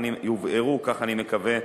כך אני מקווה,